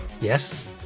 yes